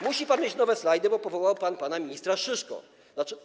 Musi pan mieć nowe slajdy, bo powołał pan pana ministra Szyszkę.